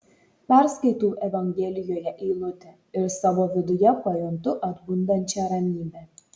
perskaitau evangelijoje eilutę ir savo viduje pajuntu atbundančią ramybę